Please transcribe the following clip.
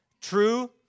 True